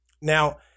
Now